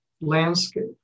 landscape